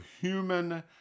human